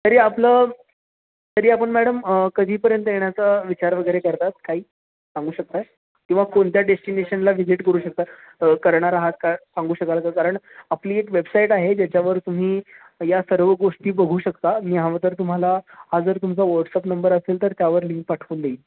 तरी आपलं तरी आपण मॅडम कधीपर्यंत येण्याचा विचार वगैरे करतात काही सांगू शकताय किंवा कोणत्या डेस्टिनेशनला व्हिजिट करू शकता करणार आहात का सांगू शकाल का कारण आपली एक वेबसाईट आहे ज्याच्यावर तुम्ही या सर्व गोष्टी बघू शकता मी हवं तर तुम्हाला हा जर तुमचा व्हॉट्सअप नंबर असेल तर त्यावर लिंक पाठवून देईन